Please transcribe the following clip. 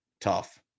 tough